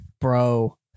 bro